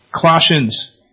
Colossians